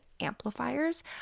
amplifiers